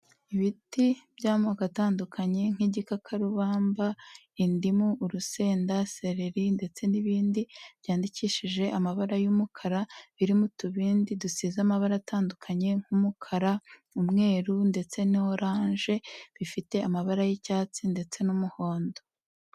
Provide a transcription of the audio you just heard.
Ibiti by'amoko atandukanye nk'igikakarubamba, indimu, urusenda, sereri ndetse n'ibindi, byandikishije amabara y'umukara, birimo mu tubindi dusize amabara atandukanye, nk'umukara, umweru, ndetse na oranje, bifite amabara y'icyatsi ndetse n'umuhondo.